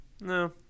no